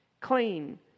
clean